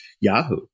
Yahoo